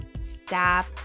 stop